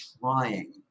trying